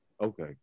okay